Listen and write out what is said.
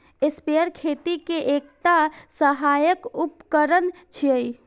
sprayer खेती के एकटा सहायक उपकरण छियै